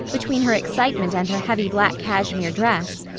between her excitement and her heavy black cashmere dress,